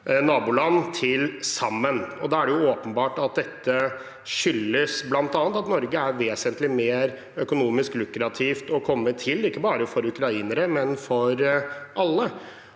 naboland til sammen. Da er det åpenbart at dette bl.a. skyldes at Norge er vesentlig mer økonomisk lukrativt å komme til, ikke bare for ukrainere, men for alle.